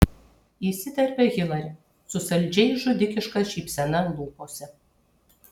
įsiterpia hilari su saldžiai žudikiška šypsena lūpose